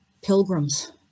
pilgrims